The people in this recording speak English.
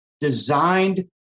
designed